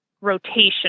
rotation